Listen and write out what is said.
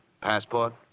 Passport